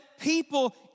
people